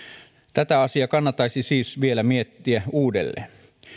tätä asiaa kannattaisi siis vielä miettiä uudelleen